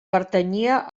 pertanyia